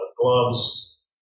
gloves